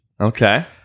okay